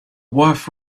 wife